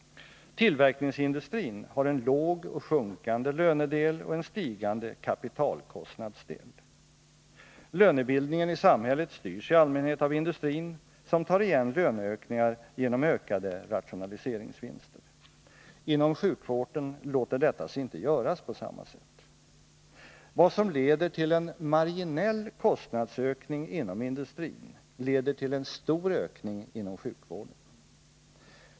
Tillverkningsindustrin har en låg och sjunkande lönedel och en stigande kapitalkostnadsdel. Lönebildningen i samhället styrs i allmänhet av industrin, som tar igen löneökningar genom ökade rationaliseringsvinster. Inom sjukvården låter detta sig inte göras på samma sätt. Vad som leder till en marginell kostnadsökning inom industrin leder till en stor ökning inom sjukvården.